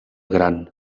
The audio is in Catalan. gran